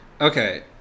Okay